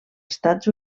estats